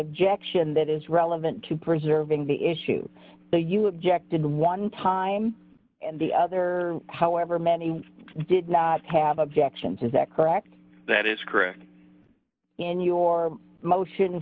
objection that is relevant to preserving the issue you objected one time and the other however many did not have objections is that correct that is correct in your motion